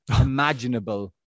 imaginable